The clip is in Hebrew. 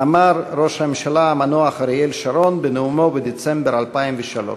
אמר ראש הממשלה המנוח אריאל שרון בנאומו בדצמבר 2003,